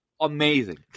amazing